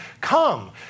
come